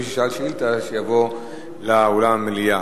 מי ששאל שאילתא יבוא לאולם המליאה.